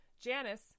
Janice